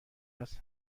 است